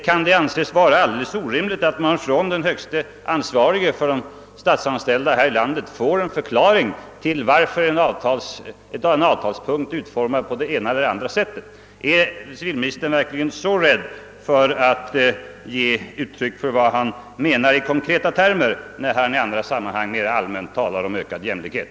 Kan det anses vara orimligt att den högste ansvarige för de statsanställda här i landet ger en förklaring till varför en avtalspunkt är utformad på det ena eller andra sättet? Är civilministern verkligen så rädd för att i konkreta termer ge uttryck åt vad han menar, när han i andra sammanhang mera allmänt talar om ökad jämlikhet?